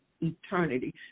eternity